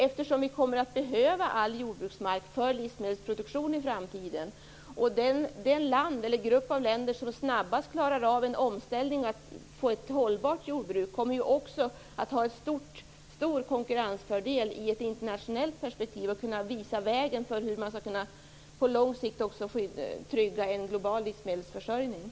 I framtiden kommer vi att behöva all jordbruksmark för livsmedelsproduktion. Det land eller den grupp av länder som snabbast klarar av en omställning för att få ett hållbart jordbruk kommer att ha en stor konkurrensfördel i ett internationellt perspektiv och kunna visa vägen för hur en global livsmedelsförsörjning på lång sikt kan tryggas.